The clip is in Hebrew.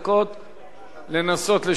לנסות לשכנע את הממשלה.